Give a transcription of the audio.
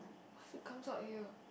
what if it comes out here